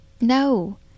No